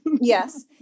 yes